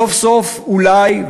סוף-סוף אולי,